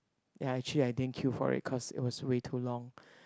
ya actually I didn't queue for it cause it was way too long